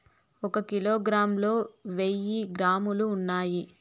ఒక కిలోగ్రామ్ లో వెయ్యి గ్రాములు ఉన్నాయి